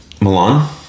Milan